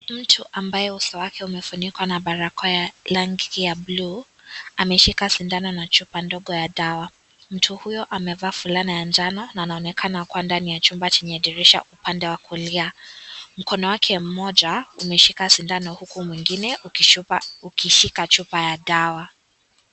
Mtu ambaye uso wake umefunikwa na barakoa ya rangi ya bluu, ameshika sindano na chupa ndogo ya dawa. Mtu huyo amevaa fulana ya njano na anaonekana kuwa ndani ya chumba chenye dirisha upande wa kulia. Mkono wake mmoja umeshika sindano na huku mwingine ukishika chupa ya dawa.